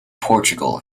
portugal